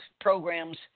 programs